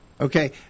Okay